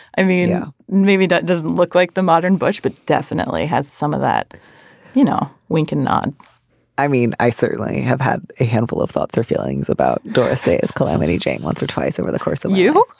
i mean know maybe it doesn't look like the modern butch but definitely has some of that you know wink and nod i mean i certainly have had a handful of thoughts or feelings about doris day as calamity jane once or twice over the course of you